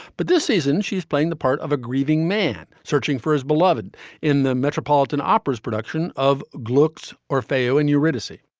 but this season she's playing the part of a grieving man searching for his beloved in the metropolitan opera's production of glick's, orfeo and eurydice. see,